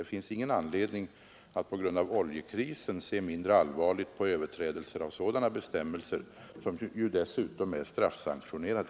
Det finns ingen anledning att på grund av oljekrisen se mindre allvarligt på överträdelser av sådana bestämmelser, som ju dessutom är straffsanktionerade.